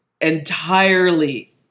entirely